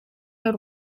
w’u